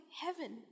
heaven